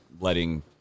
letting